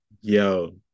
Yo